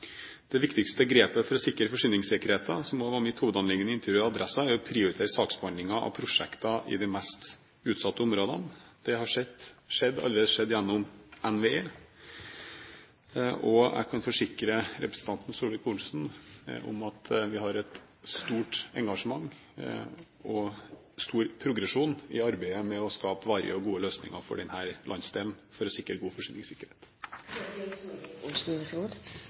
det er som fatter vedtakene. Det viktigste grepet for å sikre forsyningssikkerheten, som også var mitt hovedanliggende i intervjuet i Adresseavisen, er å prioritere saksbehandlingen av prosjekter i de mest utsatte områdene. Det har allerede skjedd gjennom NVE. Jeg kan forsikre representanten Solvik-Olsen om at vi har et stort engasjement, og at det er en stor progresjon i arbeidet med å skape varige og gode løsninger for denne landsdelen for å sikre en god forsyningssikkerhet.